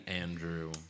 Andrew